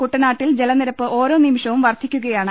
കുട്ടനാ ട്ടിൽ ജലനിരപ്പ് ഓരോനിമിഷവും വർധിക്കുകയാണ്